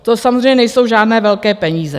To samozřejmě nejsou žádné velké peníze.